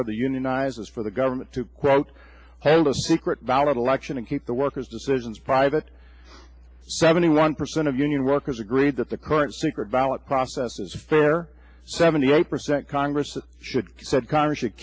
whether unionize is for the government to quote hold a secret ballot election and keep the workers decisions private seventy one percent of union workers agreed that the current secret ballot process is fair seventy eight percent congress should he said congress should